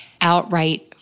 outright